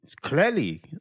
Clearly